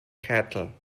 cattle